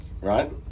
right